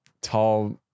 Tall